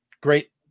great